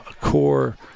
core